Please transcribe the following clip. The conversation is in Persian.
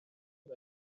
اون